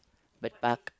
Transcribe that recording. Bird Park